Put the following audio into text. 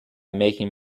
making